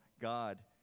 God